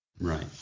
Right